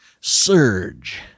Surge